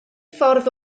ffordd